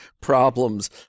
problems